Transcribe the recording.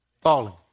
Falling